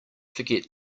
forget